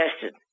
tested